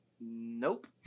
Nope